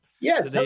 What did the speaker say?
yes